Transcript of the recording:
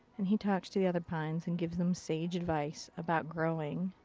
and he talks to the other pines and gives them sage advice about growing.